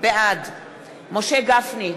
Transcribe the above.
בעד משה גפני,